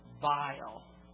vile